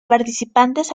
participantes